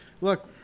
look